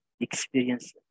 experience